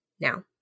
now